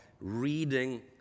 reading